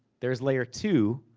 there's layer two.